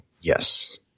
Yes